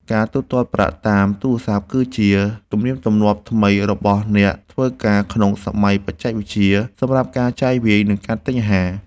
ការទូទាត់ប្រាក់តាមទូរស័ព្ទគឺជាទំនៀមទម្លាប់ថ្មីរបស់អ្នកធ្វើការក្នុងសម័យបច្ចេកវិទ្យាសម្រាប់ការចាយវាយ និង ទិញអាហារ។